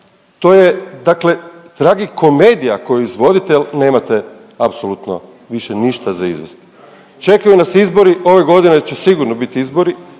to je dakle tragikomedija koju izvodite jer nemate apsolutno više ništa za izvesti. Čekaju nas izbori, ove godine će sigurno biti izbori.